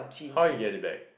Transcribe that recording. how you get it back